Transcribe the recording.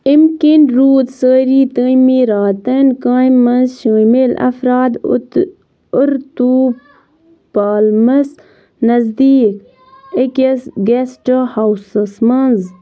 اَمہِ کِنۍ روٗد سٲری تعمیٖراتَن کامہِ منٛز شٲمِل اَفراد اُت اُرتوٗ پالمَس نٔزدیٖک أکِس گٮ۪سٹہٕ ہاوسَس منٛز